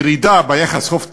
ירידה ביחס חוב תוצר,